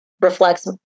reflects